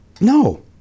No